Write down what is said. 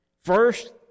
First